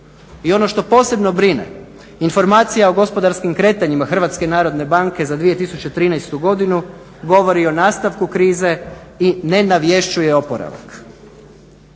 I ono št posebno brine, informacija o gospodarskim kretanjima HNB-a za 2013.godinu govori o nastanku krize i ne navješćuje oporavak.